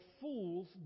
fools